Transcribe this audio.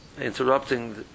interrupting